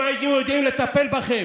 אם היו יודעים לטפל בכם,